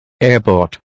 Airport